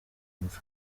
mva